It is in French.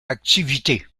activité